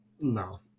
No